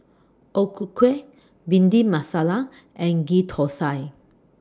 O Ku Kueh Bhindi Masala and Ghee Thosai